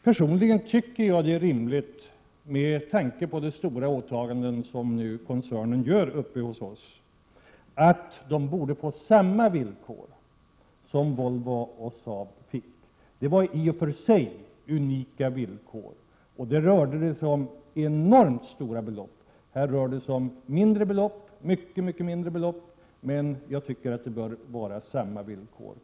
Personligen tycker jag — som jag framhöll — att det är rimligt, med tanke på de stora åtaganden som koncernen gör uppe hos oss, att företagen får samma villkor som Volvo och Saab fick. Det var i och för sig unika villkor och det rörde sig om enormt stora belopp. Här rör det sig om mycket mindre belopp. Men jag tycker att de här företagen ändå bör få samma villkor.